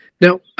Now